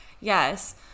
Yes